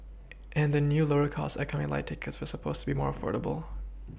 and the new lower cost economy Lite tickets were supposed to be more affordable